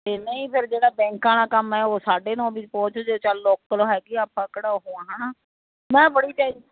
ਅਤੇ ਨਹੀਂ ਫਿਰ ਜਿਹੜਾ ਬੈਂਕਾਂ ਵਾਲਾ ਕੰਮ ਹੈ ਉਹ ਸਾਢੇ ਨੌ ਵੀ ਪਹੁੰਚ ਜਾਓ ਚੱਲ ਲੋਕਲ ਹੈਗੀਆਂ ਆਪਾਂ ਕਿਹੜਾ ਉਹ ਆ ਹੈ ਨਾ ਮੈਂ ਬੜੀ ਟੈਂਸ਼